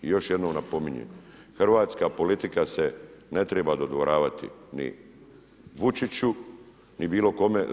I još jednom napominjem, hrvatska politika se ne treba dodvoravati ni Vučiću ni bilo kome.